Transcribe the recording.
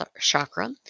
chakra